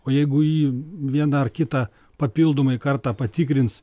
o jeigu jį vieną ar kitą papildomai kartą patikrins